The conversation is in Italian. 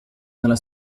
nella